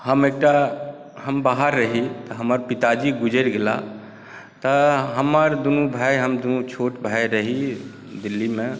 हम एकटा हम बाहर रही हमर पिताजी गुजरि गेलाह तऽ हमर दुनू भाय हम दुनू छोट भाय रही दिल्लीमे